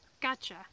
gotcha